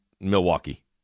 Milwaukee